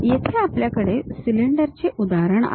येथे आपल्याकडे सिलिंडरचे उदाहरण आहे